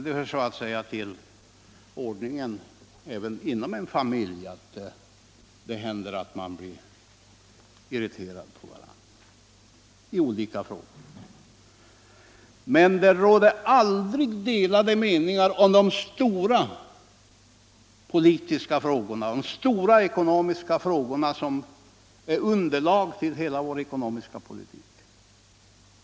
Det hör så att säga till ordningen även inom en familj att man blir irriterad på varandra i olika frågor. Men det råder aldrig delade meningar om de stora politiska frågorna, de stora ekonomiska frågorna som är underlag för hela vår ekonomiska politik.